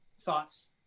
thoughts